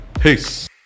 Peace